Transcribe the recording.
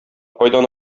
кайдан